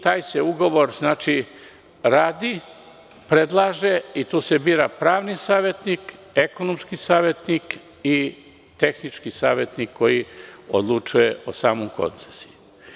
Taj se ugovor radi, predlaže i tu se bira pravni savetnik, ekonomski savetnik i tehnički savetnik koji odlučuje o samoj koncesiji.